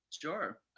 Sure